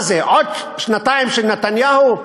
מה זה עוד שנתיים של נתניהו?